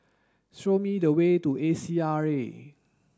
show me the way to A C R A